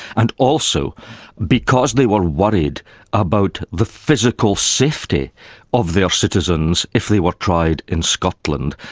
and also because they were worried about the physical safety of their citizens if they were tried in scotland,